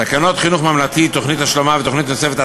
תקנות חינוך ממלכתי (תוכנית השלמה ותוכנית נוספת),